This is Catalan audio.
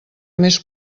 més